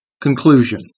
Conclusion